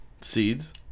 Seeds